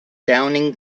downing